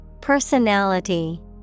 Personality